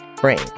brain